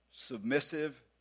Submissive